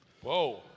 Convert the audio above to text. Whoa